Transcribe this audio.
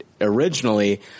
originally